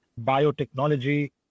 biotechnology